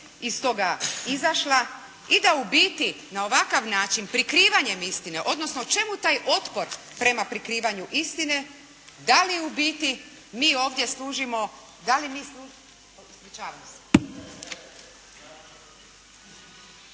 iz toga izašla i da u biti na ovakav način prikrivanjem istine odnosno čemu taj otpor prema prikrivanju istine da li u biti mi ovdje služimo. Da li ljudi